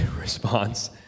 response